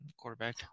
quarterback